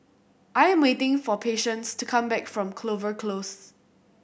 I am waiting for Patience to come back from Clover Close